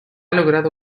logrado